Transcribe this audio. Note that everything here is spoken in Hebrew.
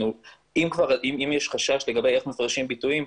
אם כבר יש חשש לגבי איך מפרשים ביטויים,